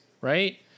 right